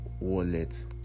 wallet